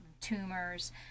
tumors